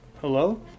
Hello